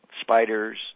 Spiders